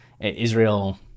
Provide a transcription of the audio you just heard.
Israel